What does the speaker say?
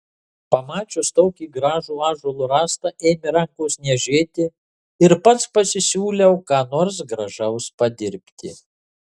pamačius tokį gražų ąžuolo rąstą ėmė rankos niežėti ir pats pasisiūliau ką nors gražaus padirbti